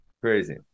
crazy